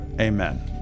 amen